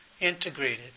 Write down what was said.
integrated